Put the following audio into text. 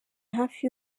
hafi